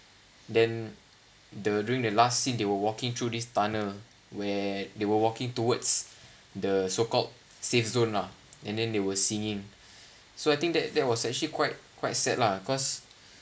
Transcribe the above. then the during the last scene they were walking through this tunnel where they were walking towards the so called safe zone lah and then they were singing so I think that that was actually quite quite sad lah because